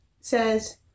says